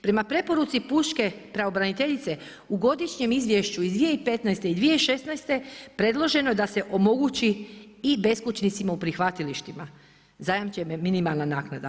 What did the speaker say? Prema preporuci, Pučke pravobraniteljice, u godišnjem izvješću iz 2015. i 2016. predloženo je da se omogući i beskućnicama u prihvatilištima, zajamčena minimalna naknada.